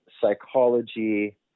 psychology